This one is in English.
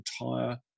entire